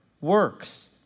Works